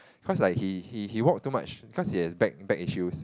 cause like he he he walk too much cause he has back back issues